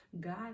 God